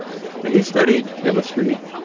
and he studied chemistry,